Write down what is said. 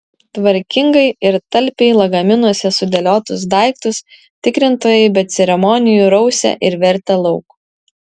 tvarkingai ir talpiai lagaminuose sudėliotus daiktus tikrintojai be ceremonijų rausė ir vertė lauk